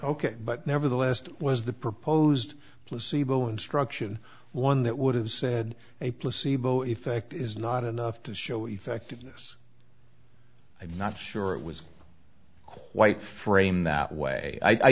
ok but nevertheless it was the proposed placebo instruction one that would have said a placebo effect is not enough to show effectiveness i did not sure it was quite frame that way i